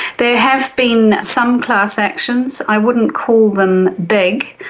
there have been some class actions. i wouldn't call them big,